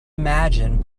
imagine